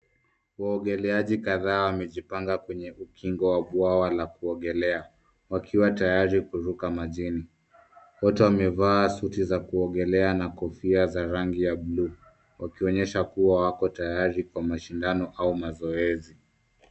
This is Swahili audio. Waogeleaji kadhaa wamejipanga kwenye ukingo wa bwawa la kuogelea wakiwa tayari kuruka majini. Wote wamevaa suti za kuogelea na kofia za Rangi ya buluu wakionyesha kuwa wako tayari kwa mashindano au mazoezi.